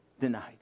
denied